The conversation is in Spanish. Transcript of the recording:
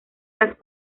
las